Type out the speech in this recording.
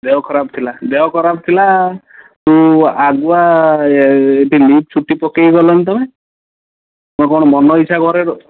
ଦେହ ଖରାପ ଥିଲା ଦେହ ଖରାପ ଥିଲା ତୁ ଆଗୁଆ ଏଠି ଲିଭ୍ ଛୁଟି ପକାଇକି ଗଲନି ତୁମେ ତୁମେ କ'ଣ ମନ ଇଛା ଘରେ ର